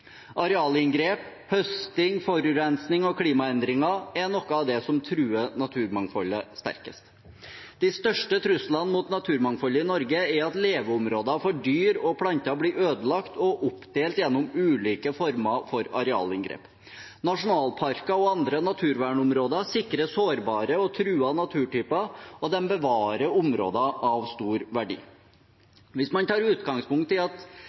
Arealinngrep, høsting, forurensning og klimaendringer er noe av det som truer naturmangfoldet sterkest. De største truslene mot naturmangfoldet i Norge er at leveområder for dyr og planter blir ødelagt og oppdelt gjennom ulike former for arealinngrep. Nasjonalparker og andre naturvernområder sikrer sårbare og truede naturtyper, og de bevarer områder av stor verdi. Hvis man tar utgangspunkt i at